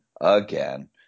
again